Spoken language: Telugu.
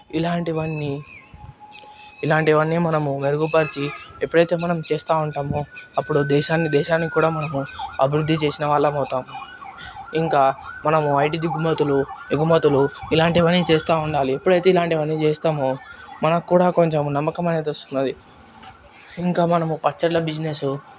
ఇలాంటివన్నీ ఇలాంటివి అన్నీ మనము మెరుగుపరచి ఎప్పుడైతే మనం చేస్తూ ఉంటామో అప్పుడు దేశాన్ని దేశానికి కూడా మనము అభివృద్ధి చేసిన వాళ్ళం అవుతాం ఇంకా మనం ఐటీ దిగుమతులు ఎగుమతులు ఇలాంటివన్నీ చేస్తూ ఉండాలి ఎప్పుడైతే ఇలాంటివన్నీ చేస్తాము మనకు కూడా కొంచెం నమ్మకం అనేది వస్తున్నది ఇంకా మనము పచ్చడిల బిజినెస్